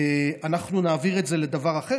ואנחנו נעביר את זה לדבר אחר.